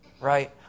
right